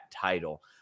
title